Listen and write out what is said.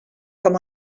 com